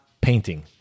painting